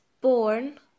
born